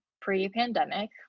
pre-pandemic